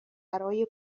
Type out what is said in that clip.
برای